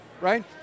right